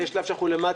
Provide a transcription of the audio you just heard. ויש שלב שאנחנו למטה,